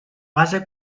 base